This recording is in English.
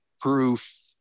proof